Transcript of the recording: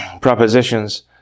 propositions